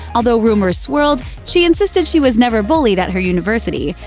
although rumors swirled, she insisted she was never bullied at her university.